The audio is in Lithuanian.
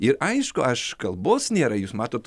ir aišku aš kalbos nėra jūs matot